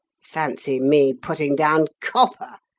fancy me putting down copper!